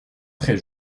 très